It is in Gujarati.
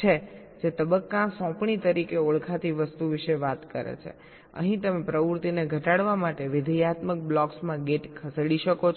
છે જે તબક્કા સોંપણી તરીકે ઓળખાતી વસ્તુ વિશે વાત કરે છેઅહીં તમે પ્રવૃત્તિને ઘટાડવા માટે વિધેયાત્મક બ્લોક્સમાં ગેટ ખસેડી શકો છો